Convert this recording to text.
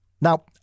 Now